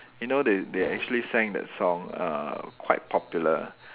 you know they they actually sang that song uh quite popular